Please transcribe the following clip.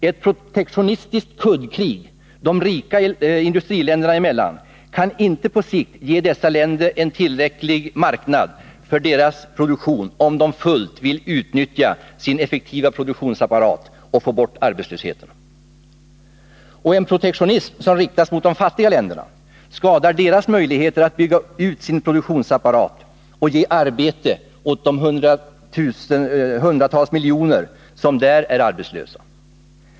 Ett protektionistiskt kuddkrig de rika industriländerna emellan kan inte på sikt ge dessa länder en tillräcklig marknad för deras produktion, om de fullt vill utnyttja sin effektiva produktionsapparat och få bort arbetslösheten. Och en protektionism som riktas mot de fattiga länderna skadar deras möjligheter att bygga ut sin produktionsapparat och ge arbete åt de hundratals miljoner som där är arbetslösa.